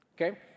Okay